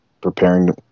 preparing